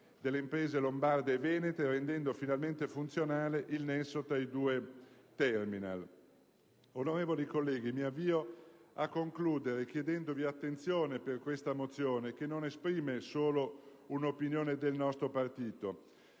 delle imprese lombarde e venete, e rendendo finalmente funzionale il nesso tra i due terminal. Onorevoli colleghi, mi avvio a concludere chiedendovi attenzione per questa mozione che non esprime solo un'opinione del nostro partito,